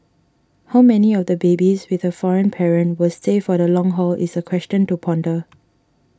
how many of the babies with a foreign parent will stay for the long haul is a question to ponder